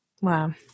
Wow